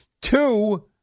Two